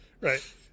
right